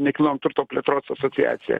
nekilnom turto plėtros asociacija